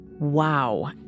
Wow